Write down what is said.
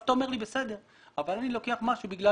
אתה אומר לי, בסדר, אבל אני לוקח משהו בגלל